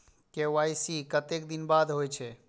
KYC कतेक दिन बाद होई छै?